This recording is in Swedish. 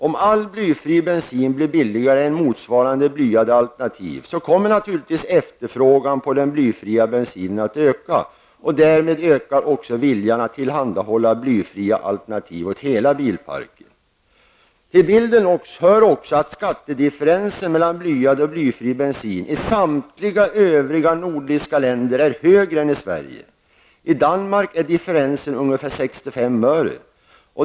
Om all blyfri bensin blir billigare än motsvarande blyade alternativ, kommer naturligtvis efterfrågan på den blyfria bensinen att öka, och därmed ökar också viljan att tillhandahålla blyfria alternativ åt hela bilparken. Till bilden hör att skattedifferensen mellan blyad och blyfri bensin i samtliga övriga nordiska länder är större än i Sverige. I Danmark är den ungefär 65 öre.